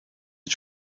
are